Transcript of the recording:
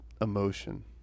emotion